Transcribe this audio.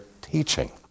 teaching